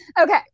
Okay